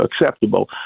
acceptable